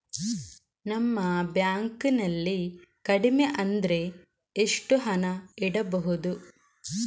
ನಮ್ಮ ಬ್ಯಾಂಕ್ ನಲ್ಲಿ ಕಡಿಮೆ ಅಂದ್ರೆ ಎಷ್ಟು ಹಣ ಇಡಬೇಕು?